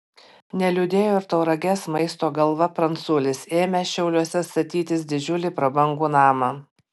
neliūdėjo ir tauragės maisto galva pranculis ėmęs šiauliuose statytis didžiulį prabangų namą